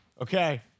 Okay